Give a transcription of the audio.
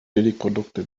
billigprodukte